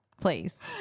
please